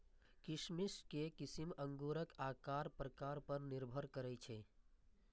किशमिश के किस्म अंगूरक आकार प्रकार पर निर्भर करै छै